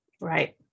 Right